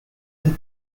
and